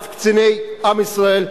בעד קציני עם ישראל,